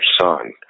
son